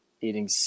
eating